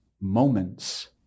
moments